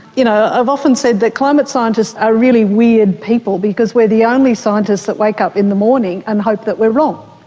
you know i've often said that climate scientists are really weird people because we are the only scientists that wake up in the morning and hope that we are wrong.